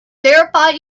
verify